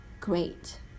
great